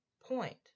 point